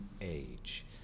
age